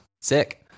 sick